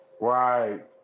Right